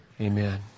Amen